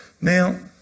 Now